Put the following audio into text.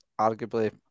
arguably